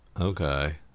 Okay